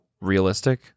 realistic